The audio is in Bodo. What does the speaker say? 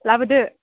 लाबोदो